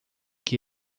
que